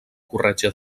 corretja